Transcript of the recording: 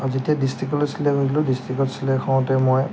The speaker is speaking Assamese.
আৰু যেতিয়া ডিষ্ট্ৰিকলৈ ছিলেক্ট হৈছিলোঁ ডিষ্টিকত ছিলেক্ট হওঁতে মই